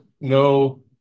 no